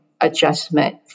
adjustment